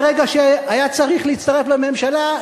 ברגע שהיה צריך להצטרף לממשלה,